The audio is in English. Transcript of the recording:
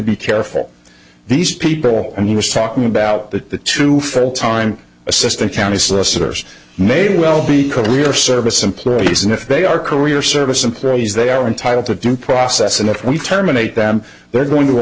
be careful these people and he was talking about that the two full time assistant county solicitors may well be career service employees and if they are career service employees they are entitled to due process and if we terminate them they're going to a